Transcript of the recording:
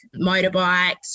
motorbikes